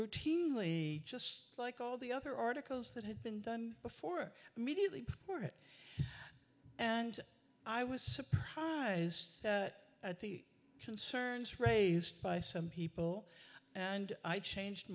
routinely just like all the other articles that had been done before immediately before it and i was surprised at the concerns raised by some people and i changed